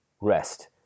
rest